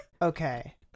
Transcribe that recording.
Okay